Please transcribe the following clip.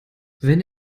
wenn